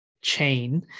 chain